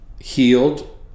healed